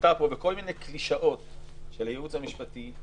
שלוותה פה בכל מיני קלישאות של הייעוץ המשפטי,